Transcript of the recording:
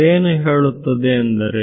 ಅದೇನು ಹೇಳುತ್ತದೆ ಎಂದರೆ